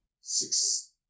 six